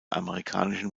amerikanischen